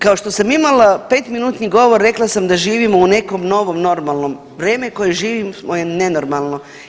Kao što sam imala petminutni govor rekla sam da živimo u nekom novom normalnom, vrijeme koje živimo je nenormalno.